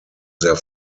their